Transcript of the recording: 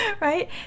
right